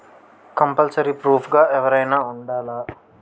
Compulsory proof గా ఎవరైనా ఉండాలా?